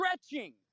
stretching